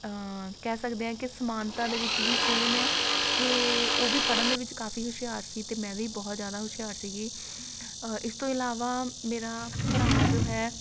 ਕਹਿ ਸਕਦੇ ਹਾਂ ਕੇ ਸਮਾਨਤਾ ਦੇ ਵਿੱਚ ਵੀ ਸੇਮ ਹੈ ਕਿ ਉਹ ਵੀ ਪੜ੍ਹਨ ਦੇ ਵਿੱਚ ਕਾਫੀ ਹੁਸ਼ਿਆਰ ਸੀ ਅਤੇ ਮੈਂ ਵੀ ਬਹੁਤ ਜ਼ਿਆਦਾ ਹੁਸ਼ਿਆਰ ਸੀਗੀ ਅ ਇਸ ਤੋਂ ਇਲਾਵਾ ਮੇਰਾ ਭਰਾ ਜੋ ਹੈ